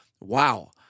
wow